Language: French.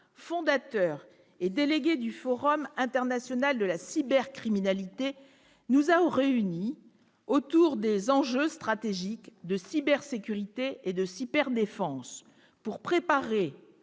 fondateur et délégué du Forum international de la cybercriminalité, nous a réunis autour des enjeux stratégiques de cybersécurité et de cyberdéfense pour préparer